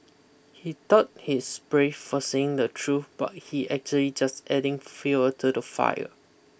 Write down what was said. he thought he's brave for saying the truth but he actually just adding fuel to the fire